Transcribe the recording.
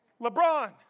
LeBron